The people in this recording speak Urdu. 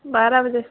بارہ بجے